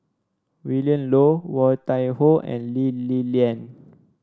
Willin Low Woon Tai Ho and Lee Li Lian